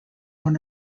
one